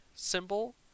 Symbol